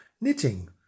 knitting